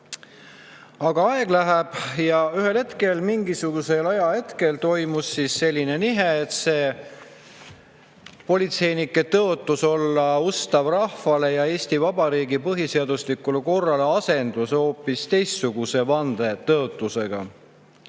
Aga aeg läks ja mingisugusel ajahetkel toimus selline nihe, et see politseinike tõotus olla ustav rahvale ja Eesti Vabariigi põhiseaduslikule korrale asendus hoopis teistsuguse vandetõotusega.